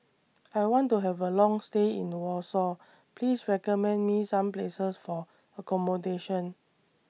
I want to Have A Long stay in Warsaw Please recommend Me Some Places For accommodation